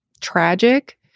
tragic